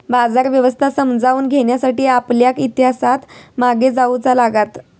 बाजार व्यवस्था समजावून घेण्यासाठी आपल्याक इतिहासात मागे जाऊचा लागात